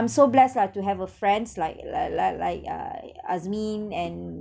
I'm so blessed lah to have a friends like like like like uh azmin and